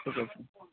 ଠିକ୍ ଅଛି